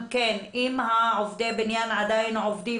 אבל בינתיים מה שמדאיג אותנו,